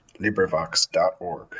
LibriVox.org